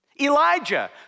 Elijah